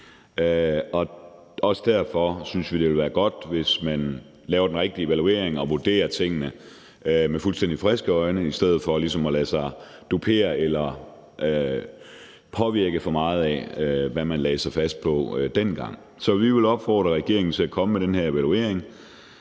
Også derfor synes vi, at det ville være godt, hvis man laver den rigtige evaluering og vurderer tingene med fuldstændig friske øjne i stedet for ligesom at lade sig påvirke for meget af, hvad man lagde sig fast på dengang. Så vi vil opfordre regeringen til at komme med den her evaluering.